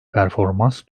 performans